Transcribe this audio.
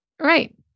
Right